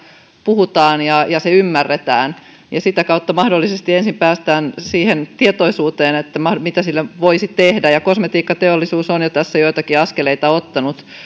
puhutaan ja se ymmärretään ja sitä kautta mahdollisesti ensin päästään tietoisuuteen siitä mitä sille voisi tehdä ja kosmetiikkateollisuus on jo tässä joitakin askeleita ottanut